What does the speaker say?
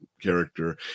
character